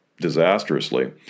disastrously